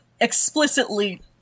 explicitly